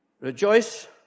Rejoice